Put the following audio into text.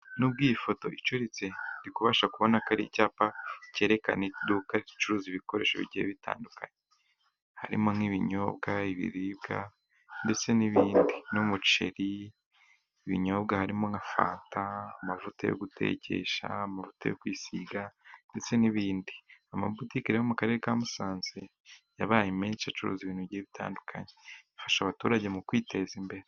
Nubwo iyi foto icuritse iri gifasha kubona ko ari icyapa cyerekana iduka ricuruza ibikoresho bigiye bitandukanye harimo: nk'ibinyobwa, ibiribwa, ndetse n'ibindi nk'umuceri. Ibinyobwa harimo: nka fanta, amavuta yo gutekesha, amavuta yo kwisiga, ndetse n'ibindi. Amabutiki yo mu karere ka Musanze yabaye menshi acuruza ibintu bigiye bitandukanye bifasha abaturage mu kwiteza imbere.